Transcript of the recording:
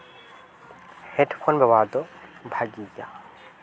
headphone ᱵᱮᱵᱚᱦᱟᱨ ᱫᱚ ᱵᱷᱟᱜᱮ ᱜᱮᱭᱟ